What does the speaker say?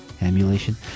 emulation